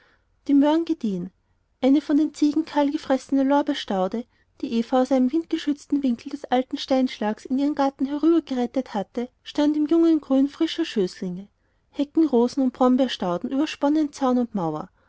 die möhren gediehen eine von den ziegen kahlgefressene lorbeerstaude die eva aus einem windgeschützten winkel des alten steinschlags in ihren garten herübergerettet hatte stand im jungen grün frischer schößlinge heckenrosen und brombeerstauden übersponnen zaun und mauer